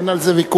אין על זה ויכוח.